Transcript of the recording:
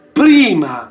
prima